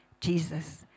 Jesus